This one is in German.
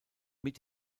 mit